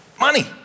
money